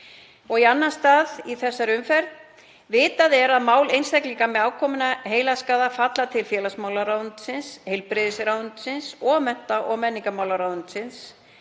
Og í annan stað í þessari umferð: Vitað er að mál einstaklinga með ákominn heilaskaða heyra undir félagsmálaráðuneyti, heilbrigðisráðuneyti og mennta- og menningarmálaráðuneyti.